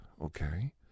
Okay